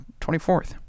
24th